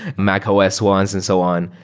mac os ones and so on,